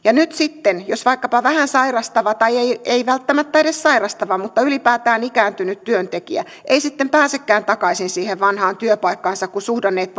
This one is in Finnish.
nyt sitten jos vaikkapa vähän sairastava tai ei ei välttämättä edes sairastava mutta ylipäätään ikääntynyt työntekijä ei sitten pääsekään takaisin siihen vanhaan työpaikkaansa kun suhdanteet